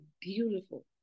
beautiful